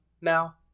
now